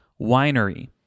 Winery